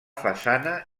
façana